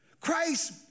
Christ